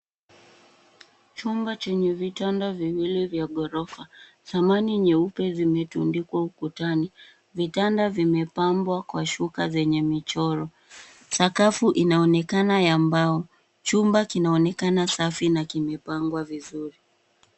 Chumba chenye vitanda viwili vya ghorofa ,samani nyeupe zimetundikwa ukutani. Vitanda vimepambwa kwa shuka zenye michoro, Sakafu inaonekana ya mbao ,chumba kinaonekana safi na kimepangwa vizuri.